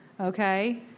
Okay